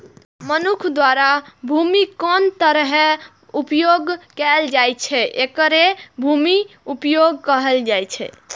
मनुक्ख द्वारा भूमिक कोन तरहें उपयोग कैल जाइ छै, एकरे भूमि उपयोगक कहल जाइ छै